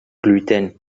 gluten